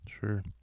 Sure